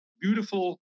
beautiful